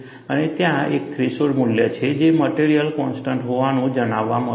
અને ત્યાં એક થ્રેશોલ્ડ મૂલ્ય છે જે મટેરીઅલ કોન્સ્ટન્ટ હોવાનું જાણવા મળે છે